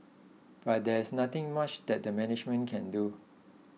but there is nothing much that the management can do